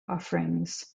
offerings